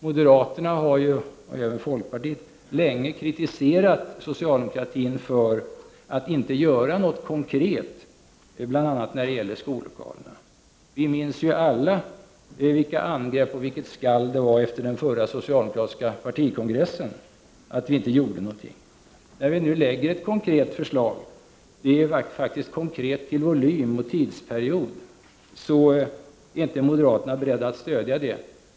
Moderaterna, och även folkpartiet, har ju länge kritiserat socialdemokratin för att inte göra något konkret, bl.a. när det gäller skollokalerna. Vi minns ju alla vilka angrepp och vilket skall det var efter den förra socialdemokratiska partikongressen för att vi inte gjorde någonting. När vi nu lägger fram ett konkret förslag — och det är faktiskt konkret till volym och tidsperiod — så är inte moderaterna beredda att stödja det.